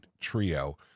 trio